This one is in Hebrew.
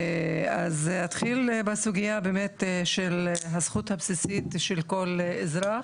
אז אתחיל בסוגייה באמת של הזכות הבסיסית של כל אזרח